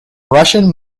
russian